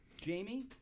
Jamie